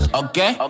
okay